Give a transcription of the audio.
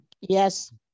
Yes